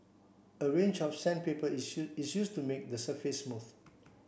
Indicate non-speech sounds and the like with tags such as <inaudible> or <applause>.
a range of sandpaper is <unintelligible> is used to make the surface smooth